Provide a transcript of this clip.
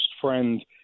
friend